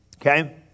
okay